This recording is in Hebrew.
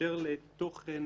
ובאשר לתוכן